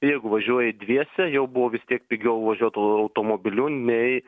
jeigu važiuoji dviese jau buvo vis tiek pigiau važiuot automobiliu nei